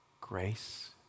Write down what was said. grace